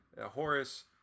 Horace